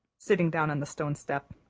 sitting down on the stone step.